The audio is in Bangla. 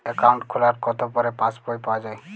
অ্যাকাউন্ট খোলার কতো পরে পাস বই পাওয়া য়ায়?